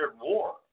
war